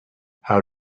how